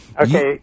Okay